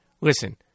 Listen